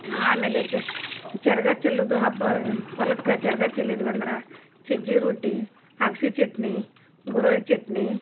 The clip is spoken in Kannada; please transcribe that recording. ಆಮೇಲೆ ಚರಗ ಚೆಲ್ಲುವುದು ಹಬ್ಬ ಹೊಲಕ್ಕೆ ಚರಗ ಚೆಲ್ಲಿದ್ವಿ ಅಂದ್ರೆ ಸಜ್ಜಿ ರೊಟ್ಟಿ ಅಗ್ಸೆ ಚಟ್ನಿ ಗುರೆಳ್ಳು ಚಟ್ನಿ